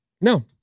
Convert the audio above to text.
No